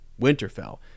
Winterfell